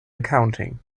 accounting